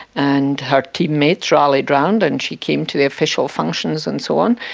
and her teammates rallied round, and she came to the official functions and so on,